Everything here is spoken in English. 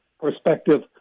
perspective